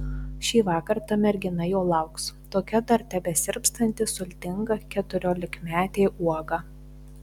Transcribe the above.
šįvakar ta mergina jo lauks tokia dar tebesirpstanti sultinga keturiolikmetė uoga